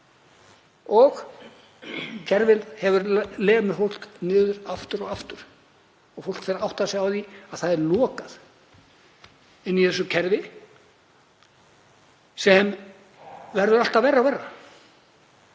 Kerfið lemur fólk niður aftur og aftur og það fer að átta sig á því að það er lokað inni í þessu kerfi sem verður alltaf verra og verra